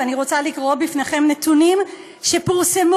ואני רוצה לקרוא בפניכם נתונים שפורסמו